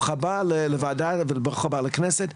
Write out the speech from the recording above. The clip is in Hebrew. לוועדה, וברוך הבא לכנסת.